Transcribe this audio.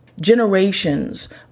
Generations